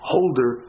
Holder